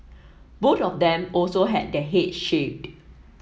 both of them also had their head shaved